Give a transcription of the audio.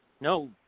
No